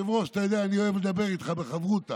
היושב-ראש, אתה יודע, אני אוהב לדבר איתך בחברותא.